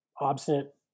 obstinate